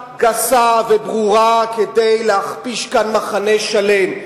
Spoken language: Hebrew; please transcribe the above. הסתה גסה וברורה כדי להכפיש מחנה שלם,